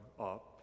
up